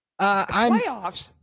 Playoffs